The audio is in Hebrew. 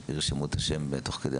אותן.